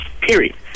Period